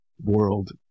world